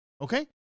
Okay